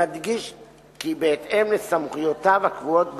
3. נדגיש כי בהתאם לסמכויותיו הקבועות בדין,